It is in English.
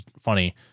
funny